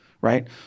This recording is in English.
right